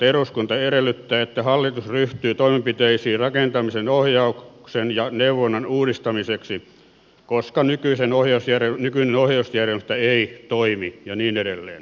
eduskunta edellyttää että hallitus ryhtyy toimenpiteisiin rakentamisen ohjauksen ja neuvonnan uudistamiseksi koska nykyinen ohjausjärjestelmä ei toimi ja niin edelleen